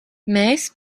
mēs